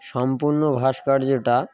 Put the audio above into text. সম্পূর্ণ ভাস্কর্যটা